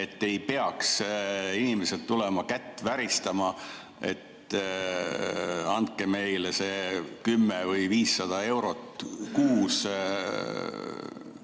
ei peaks inimesed tulema kätt väristama, et andke meile see 10 või 500 eurot kuus.